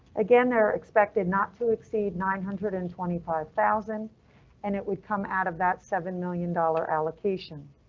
again, they are expected not to exceed nine hundred and twenty five thousand and it would come out of that seven million dollars allocation.